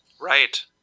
Right